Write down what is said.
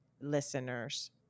listeners